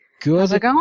Good